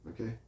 Okay